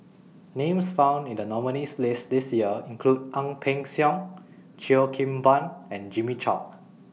Names found in The nominees' list This Year include Ang Peng Siong Cheo Kim Ban and Jimmy Chok